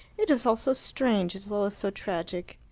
it is all so strange as well as so tragic.